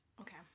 Okay